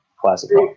classic